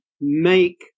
make